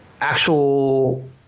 actual